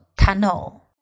Tunnel